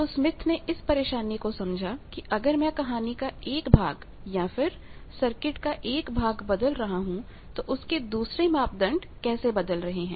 तो स्मिथ ने इस परेशानी को समझा कि अगर मैं कहानी का एक भाग या फिर सर्किट का एक भाग बदल रहा हूं तो उसके दूसरे मापदंड कैसे बदल रहे हैं